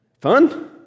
Fun